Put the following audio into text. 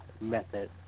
method